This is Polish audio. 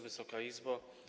Wysoka Izbo!